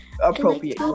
appropriate